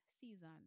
season